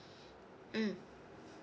mm